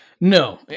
No